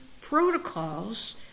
protocols